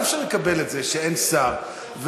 אי-אפשר לקבל את זה שאין שר.